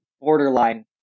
borderline